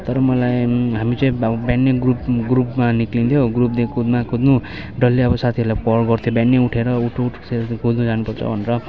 तर मलाई हामी चाहिँ अब बिहानै ग्रुप ग्रुपमा निक्लिन्थ्यो ग्रुपदेखिमा कुद्नु डल्लै अब साथीहरूलाई कल गर्थ्यो बिहानै उठेर उठ् उठ् कुद्नु जानुपर्छ भनेर